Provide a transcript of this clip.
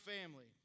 family